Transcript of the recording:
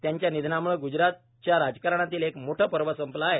त्यांच्या निधनामुळे ग्जरातच्या राजकारणातील एक मोठे पर्व संपले आहे